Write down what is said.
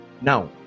now